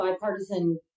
bipartisan